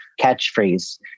catchphrase